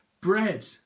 bread